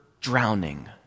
drowning